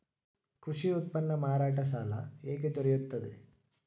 ಕೃಷಿ ಉತ್ಪನ್ನ ಮಾರಾಟ ಸಾಲ ಹೇಗೆ ದೊರೆಯುತ್ತದೆ?